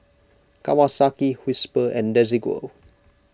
Kawasaki Whisper and Desigual